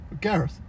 Gareth